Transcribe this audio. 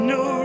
no